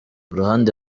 uruhande